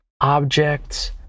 objects